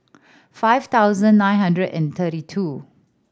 five thousand nine hundred and thirty two